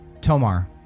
Tomar